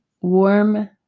warm